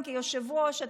קודם כול גם כיושב-ראש,